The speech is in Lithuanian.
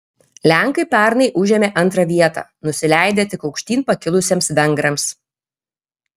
lenkai pernai užėmė antrą vietą nusileidę tik aukštyn pakilusiems vengrams